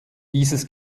dieses